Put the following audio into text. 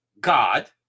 God